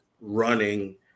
running